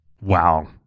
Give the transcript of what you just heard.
Wow